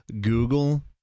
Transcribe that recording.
Google